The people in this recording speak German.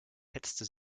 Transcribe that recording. hetzte